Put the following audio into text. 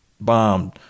Bombed